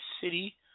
City